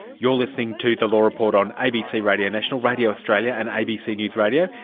you're listening to the law report on abc radio national, radio australia and abc news radio.